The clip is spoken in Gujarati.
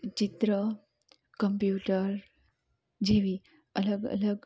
ચિત્ર કમ્પ્યુટર જેવી અલગ અલગ